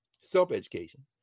self-education